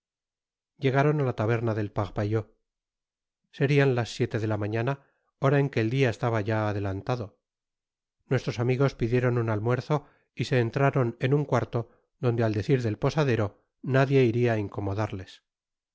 llegaron á la taberna del parpaillot serian las siete de la mañana hora en que et dia estaba ya adelantado nuestros amigos pidieron un almuerzo y se entraron en un cuarto donde al decir del posadero nadie iria á incomodartes